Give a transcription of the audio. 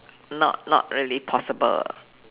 not not really possible